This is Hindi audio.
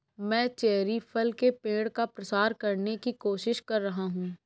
मैं चेरी फल के पेड़ का प्रसार करने की कोशिश कर रहा हूं